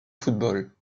football